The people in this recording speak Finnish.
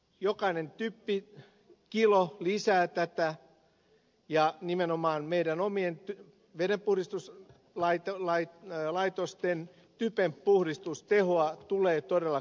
jokainen typpikilo lisää tätä ja nimenomaan meidän omien vedenpuhdistuslaitostemme typenpuhdistustehoa tulee todellakin nostaa